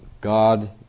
God